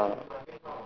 ya I mean